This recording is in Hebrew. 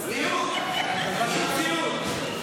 סיוט, פשוט סיוט,